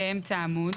באמצע העמוד